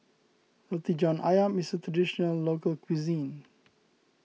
Roti John Ayam is a Traditional Local Cuisine